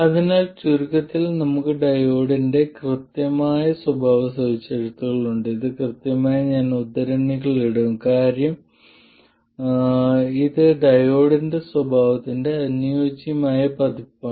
അതിനാൽ ചുരുക്കത്തിൽ നമുക്ക് ഡയോഡിന്റെ കൃത്യമായ സ്വഭാവസവിശേഷതകൾ ഉണ്ട് ഇത് കൃത്യമായി ഞാൻ ഉദ്ധരണികൾ ഇടും കാരണം ഇത് ഇപ്പോഴും ഡയോഡ് സ്വഭാവത്തിന്റെ അനുയോജ്യമായ പതിപ്പാണ്